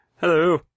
Hello